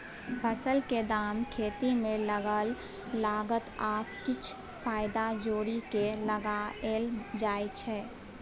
फसलक दाम खेती मे लागल लागत आ किछ फाएदा जोरि केँ लगाएल जाइ छै